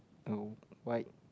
the white